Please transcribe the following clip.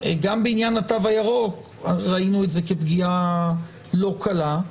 גם בעניין התו הירוק ראינו את זה כפגיעה לא קלה,